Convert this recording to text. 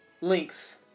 links